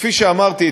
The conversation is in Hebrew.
כפי שאמרתי,